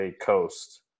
coast